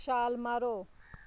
ਛਾਲ ਮਾਰੋ